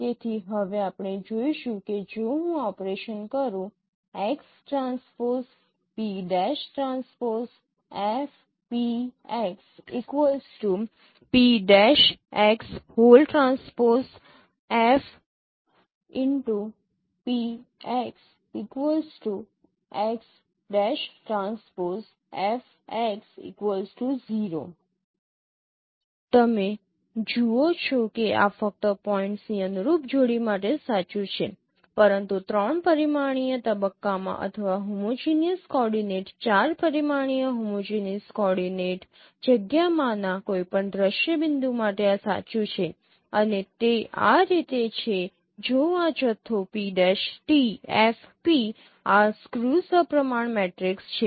તેથી હવે આપણે જોઈશું કે જો હું આ ઓપરેશન કરું તમે જુઓ છો કે આ ફક્ત પોઇન્ટ્સની અનુરૂપ જોડી માટે જ સાચું છે પરંતુ ૩ પરિમાણીય તબક્કામાં અથવા હોમોજીનિયસ કોઓર્ડિનેટ ૪ પરિમાણીય હોમોજીનિયસ કોઓર્ડિનેટ જગ્યામાંના કોઈપણ દ્રશ્ય બિંદુ માટે આ સાચું છે અને તે આ રીતે છે જો આ જથ્થો આ સ્ક્યૂ સપ્રમાણ મેટ્રિક્સ છે